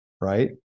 right